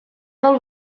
del